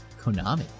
Konami